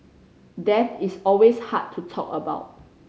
death is always hard to talk about